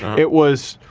it was,